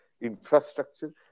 infrastructure